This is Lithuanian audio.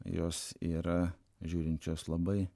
jos yra žiūrinčios labai